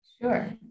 Sure